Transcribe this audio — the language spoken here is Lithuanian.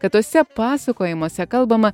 kad tuose pasakojimuose kalbama